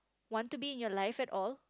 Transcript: want to be in your life at all